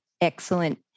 excellent